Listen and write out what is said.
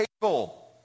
table